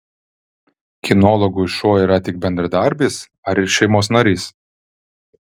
kinologui šuo yra tik bendradarbis ar ir šeimos narys